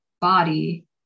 body